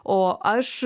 o aš